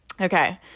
okay